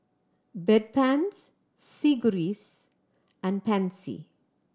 Bedpans Sigvaris and Pansy